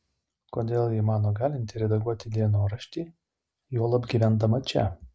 kodėl ji mano galinti redaguoti dienoraštį juolab gyvendama čia